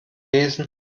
lesen